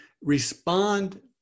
respond